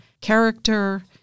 character